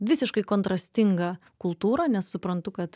visiškai kontrastingą kultūrą nes suprantu kad